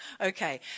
okay